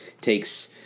takes